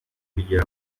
kugira